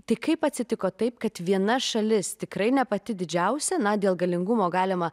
tik kaip atsitiko taip kad viena šalis tikrai ne pati didžiausia na dėl galingumo galima